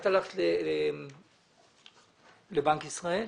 את הלכת לבנק ישראל?